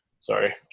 Sorry